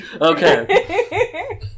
Okay